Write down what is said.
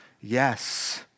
yes